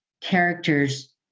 characters